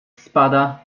spada